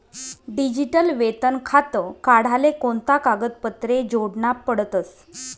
Digital वेतन खातं काढाले कोणता कागदपत्रे जोडना पडतसं?